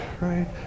right